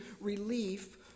relief